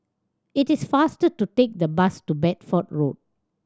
it is faster to take the bus to Bedford Road